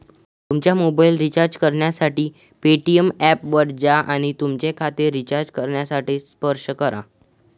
तुमचा mobile recharge करण्यासाठी Paytm ऐपवर जा आणि तुमचे खाते रिचार्ज करण्यासाठी स्पर्श करा